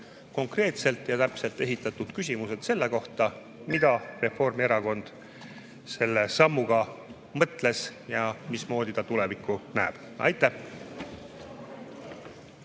konkreetselt ja täpselt esitatud küsimused selle kohta, mida Reformierakond selle sammuga mõtles ja mismoodi ta tulevikku näeb. Aitäh!